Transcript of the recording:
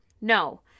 No